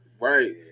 right